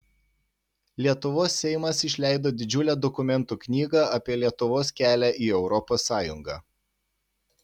lietuvos seimas išleido didžiulę dokumentų knygą apie lietuvos kelią į europos sąjungą